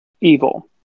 evil